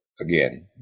again